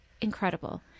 incredible